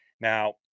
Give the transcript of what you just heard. now